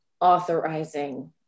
authorizing